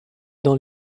dans